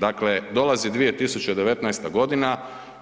Dakle, dolazi 2019. g.,